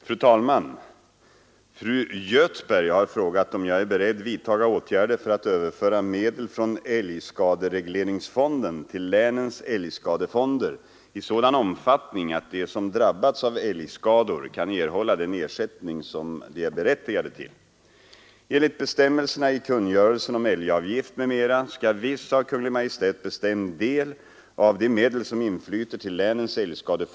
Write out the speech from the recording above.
Fru talman! Fru Göthberg har frågat om jag är beredd vidtaga åtgärder för att överföra medel från älgskaderegleringsfonden till länens älgskadefonder i sådan omfattning att de som drabbats av älgskador kan erhålla den ersättning som de är berättigade till.